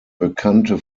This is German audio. bekannte